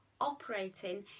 operating